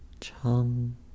chum